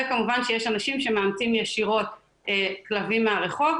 וכמובן שיש אנשים שמאמצים ישירות כלבים מהרחוב.